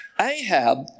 Ahab